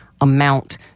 amount